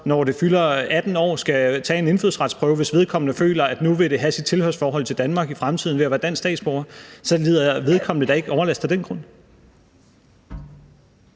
når det fylder 18 år, skal tage en indfødsretsprøve, hvis vedkommende føler, at vedkommende nu vil have sit tilhørsforhold til Danmark i fremtiden ved at være dansk statsborger, så lider vedkommende da ikke overlast af den grund.